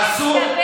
אסור.